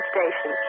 Station